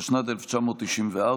התשנ"ד 1994,